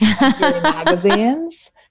magazines